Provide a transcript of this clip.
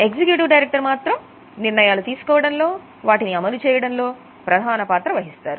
executive director మాత్రం నిర్ణయాలు తీసుకోవడంలో అమలు చేయడంలో ప్రధాన పాత్ర వహిస్తారు